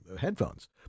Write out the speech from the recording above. headphones